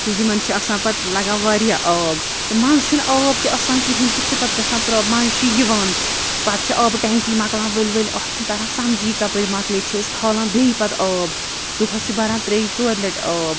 تہٕ یِمَن چھِ آسان پَتہٕ لَگان واریاہ آب تہٕ منٛزٕ چھُنہٕ آب تہِ آسان کِہیٖنۍ تہِ چھِ پَتہٕ گژھان پرٛا منٛزٕ چھُ یِوان تہٕ پَتہٕ چھِ آبہٕ ٹٮ۪نٛکی مۄکلان ؤلۍ ؤلۍ اَتھ چھِنہٕ تَران سَمجھی یہِ کَپٲرۍ مۄکلے چھِ أسۍ کھالان بیٚیہِ پَتہٕ آب دۄہَس چھِ بَران ترٛیٚیہِ ژورِ لَٹہِ آب